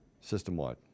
System-wide